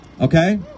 okay